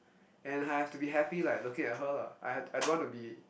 and I have to be happy like looking at her lah I I don't want to be